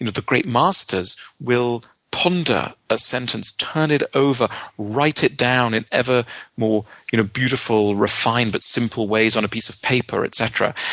and the great masters will ponder a sentence, turn it over, write it down in ever more you know beautiful, refined, but simple ways on a piece of paper, etc.